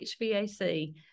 hvac